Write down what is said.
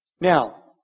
Now